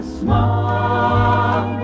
small